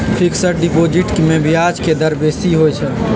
fixed deposit में ब्याज के दर बेशी होइ छइ